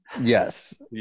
yes